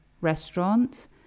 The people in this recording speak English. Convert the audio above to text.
restaurants